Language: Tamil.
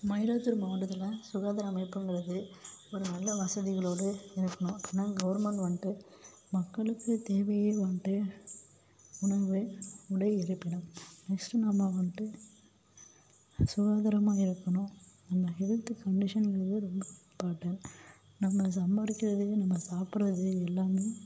மயிலாடுதுறை மாவட்டத்தில் சுகாதார அமைப்புங்கிறது ஒரு நல்ல வசதிகளோடு இருக்கணும் ஆனால் கவர்மெண்ட் வந்துட்டு மக்களுக்கு தேவையே வந்துட்டு உணவு உடை இருப்பிடம் நெக்ஸ்ட்டு நம்ம வந்துட்டு சுதந்திரமாக இருக்கணும் நம்ம ஹெல்த்து கண்டிஷனுங்கிறது ரொம்ப இம்பார்ட்டண்ட் நம்ம சம்பாதிக்கிறதே நம்ம சாப்பிடுறது எல்லாமே